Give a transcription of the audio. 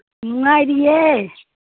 ꯅꯨꯡꯉꯥꯏꯔꯤꯌꯦ